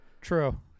True